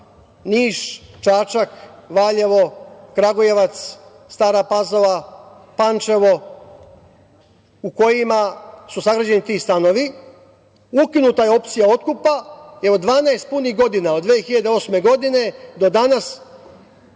Niš, Čačak, Valjevo, Kragujevac, Stara Pazova, Pančevo, u kojima su sagrađeni ti stanovi, ukinuta je opcija otkupa, evo, 12 punih godina, od 2008. godine do danas,